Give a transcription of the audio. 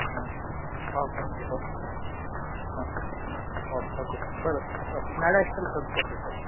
ಹಾಂ okay okay ಹಾಂ okay okay sir ಬರತ್ತೆ ಓಕೆ ನಾಳೆ ಅಷ್ಟ್ರಲ್ಲಿ ಕಳ್ಸ್ಕೊಡ್ತೀವಿ ಸರ್